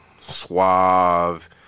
suave